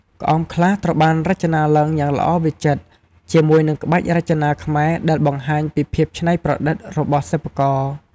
ក្អមខ្លះត្រូវបានរចនាឡើងយ៉ាងល្អវិចិត្រ ជាមួយនឹងក្បាច់រចនាខ្មែរដែលបង្ហាញពីភាពច្នៃប្រឌិតរបស់សិប្បករ។